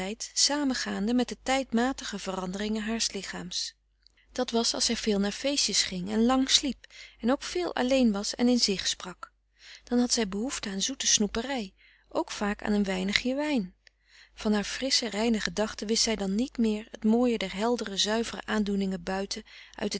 eeden van de koele meren des doods anderingen haars lichaams dat was als zij veel naar feestjes ging en lang sliep en ook veel alleen was en in zich sprak dan had zij behoefte aan zoete snoeperij ook vaak aan een weinigje wijn van haar frissche reine gedachten wist zij dan niet meer het mooie der heldere zuivere aandoeningen buiten